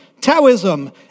Taoism